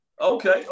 Okay